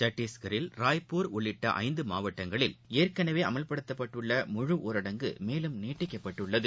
சத்தீஷ்கரில் ராய்ப்பூர் உள்ளிட்டஐந்துமாவட்டங்களில் ஏற்கனவேஅமல்படுத்தப்பட்டுள்ள முழு ஊரடங்கு மேலும் நீட்டிக்கப்பட்டுள்ளது